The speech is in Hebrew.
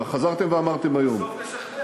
וחזרתם ואמרתם היום בסוף נשכנע.